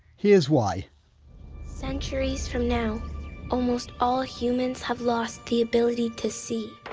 here's why centuries from now almost all humans have lost the ability to see